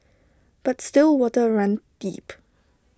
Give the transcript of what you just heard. but still waters run deep